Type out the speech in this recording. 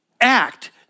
act